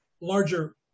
larger